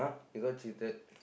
he got cheated